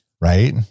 right